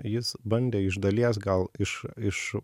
jis bandė iš dalies gal iš iš